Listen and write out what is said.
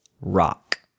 Rock